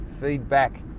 Feedback